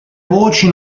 voci